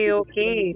okay